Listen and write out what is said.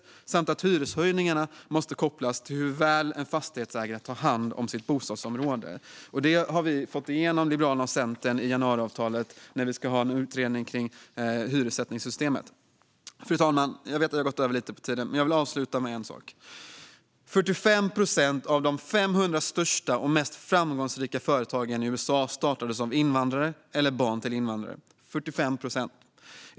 Dessutom måste hyreshöjningarna kopplas till hur väl en fastighetsägare tar hand om sitt bostadsområde. Detta har Liberalerna och Centerpartiet fått igenom i januariavtalet, i och med att vi ska ha en utredning kring hyressättningssystemet. Fru talman! Jag vet att jag har dragit över lite på talartiden, men jag vill avsluta med att säga att 45 procent av de 500 största och mest framgångsrika företagen i USA startades av invandrare eller barn till invandrare - 45 procent!